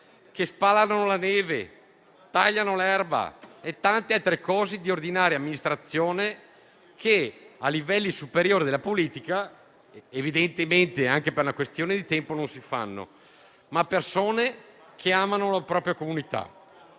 che spalano la neve, tagliano l'erba e fanno tante altre cose di ordinaria amministrazione che, a livelli superiori della politica, anche per una questione di tempo, non si fanno. Sono persone che amano la propria comunità.